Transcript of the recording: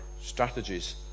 strategies